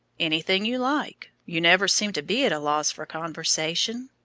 anything you like. you never seem to be at a loss for conversation.